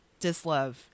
dislove